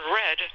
red